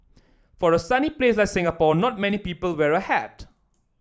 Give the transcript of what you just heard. for a sunny place like Singapore not many people wear a hat